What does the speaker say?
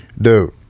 Dude